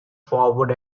forward